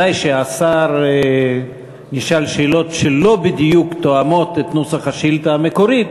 ודאי שהשר נשאל שאלות שלא תואמות בדיוק את נוסח השאילתה המקורית.